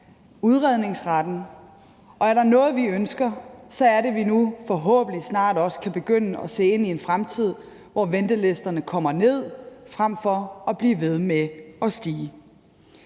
udredningsretten, og er der noget, vi ønsker, så er det, at vi nu forhåbentlig snart også kan begynde at se ind en fremtid, hvor ventelisterne kommer ned frem for at blive ved med at vokse.